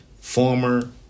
Former